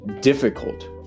difficult